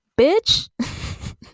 bitch